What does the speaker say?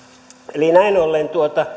eli näin ollen